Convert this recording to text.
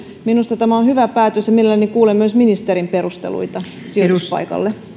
minusta tämä on hyvä päätös ja mielelläni kuulen myös ministerin perusteluita sijoituspaikalle